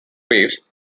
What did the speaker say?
waves